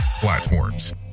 platforms